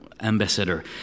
ambassador